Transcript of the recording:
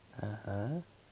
(uh huh)